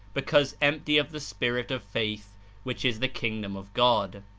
because empty of the spirit of faith which is the kingdom of god.